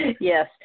yes